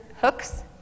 hooks